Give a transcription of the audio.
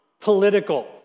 political